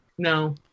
No